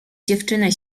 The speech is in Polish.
dziewczynę